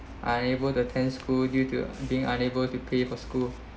unable to attend school due to being unable to pay for school